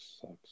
sucks